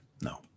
No